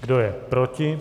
Kdo je proti?